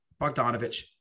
Bogdanovich